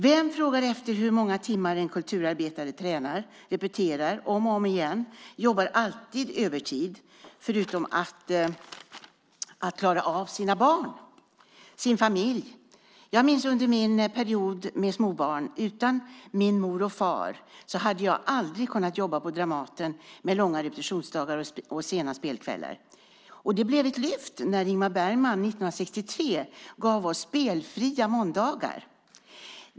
Vem frågar efter hur många timmar en kulturarbetare till vardags tränar, repeterar om och om igen och alltid jobbar övertid - förutom att klara av sina barn och sin familj? Jag minns min period med småbarn. Utan min mor och far hade jag aldrig kunnat jobba på Dramaten med långa repetitionsdagar och sena spelkvällar. Det blev ett lyft när Ingmar Bergman 1963 gav oss spelfria måndagar.